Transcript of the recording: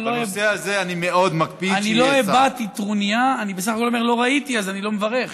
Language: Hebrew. ראיתי, אז אני לא מברך.